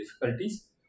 difficulties